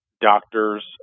doctors